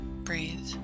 breathe